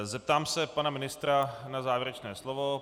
Zeptám se pana ministra na závěrečné slovo.